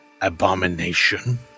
abomination